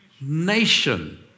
Nation